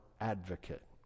advocate